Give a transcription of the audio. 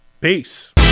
Peace